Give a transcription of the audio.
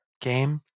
game